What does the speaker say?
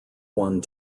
one